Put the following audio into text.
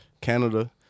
Canada